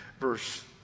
verse